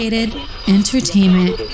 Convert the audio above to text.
entertainment